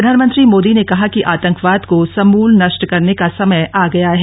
प्रधानमंत्री मोदी ने कहा कि आतंकवाद को समूल नष्ट करने का समय आ गया है